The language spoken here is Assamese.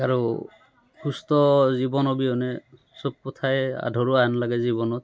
আৰু সুস্থ জীৱন অবিহনে চব কথাই আধৰুৱা হেন লাগে জীৱনত